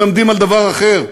מלמדים על דבר אחר.